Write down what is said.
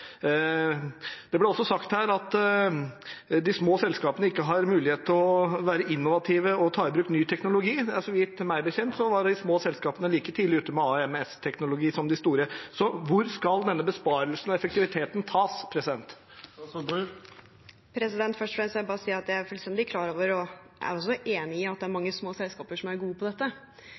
ikke har mulighet til å være innovative og ta i bruk ny teknologi. Meg bekjent var de små selskapene like tidlig ute med AMS-teknologi som de store. Så hvor skal denne besparelsen og effektiviteten tas? Først vil jeg bare si at jeg er fullstendig klar over og også enig i at det er mange små selskaper som er gode på dette.